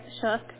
shook